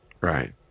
Right